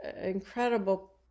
incredible